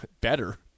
better